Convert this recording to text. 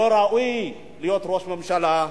לא ראוי להיות ראש ממשלה.